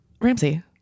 Ramsey